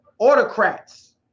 autocrats